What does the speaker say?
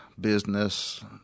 business